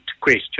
question